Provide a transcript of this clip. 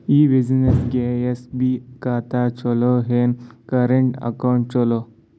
ಈ ಬ್ಯುಸಿನೆಸ್ಗೆ ಎಸ್.ಬಿ ಖಾತ ಚಲೋ ಏನು, ಕರೆಂಟ್ ಅಕೌಂಟ್ ಚಲೋ?